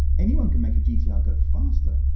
anyone can make a gt-r ah go faster.